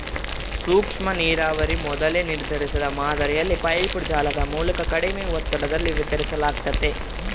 ಸೂಕ್ಷ್ಮನೀರಾವರಿ ಮೊದಲೇ ನಿರ್ಧರಿಸಿದ ಮಾದರಿಯಲ್ಲಿ ಪೈಪ್ಡ್ ಜಾಲದ ಮೂಲಕ ಕಡಿಮೆ ಒತ್ತಡದಲ್ಲಿ ವಿತರಿಸಲಾಗ್ತತೆ